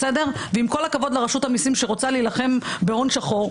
ועם כל הכבוד לרשות המסים שרוצה להילחם בהון שחור,